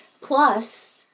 Plus